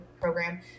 program